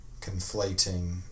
conflating